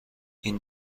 این